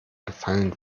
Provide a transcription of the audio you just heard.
gefallen